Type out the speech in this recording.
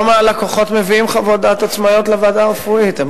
היום הלקוחות מביאים חוות דעת עצמאיות לוועדה הרפואית.